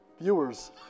Viewers